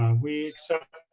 um we accept,